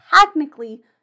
technically